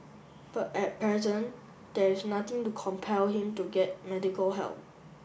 but at present there is nothing to compel him to get medical help